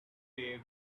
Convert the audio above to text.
day